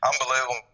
unbelievable